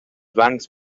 bancs